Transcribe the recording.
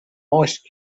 ice